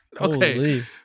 Okay